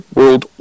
World